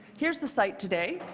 here's the site today.